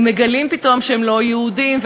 מגלים פתאום שהם לא יהודים,